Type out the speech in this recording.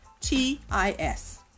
T-I-S